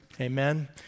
Amen